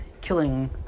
killing